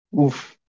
Oof